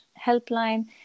helpline